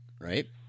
right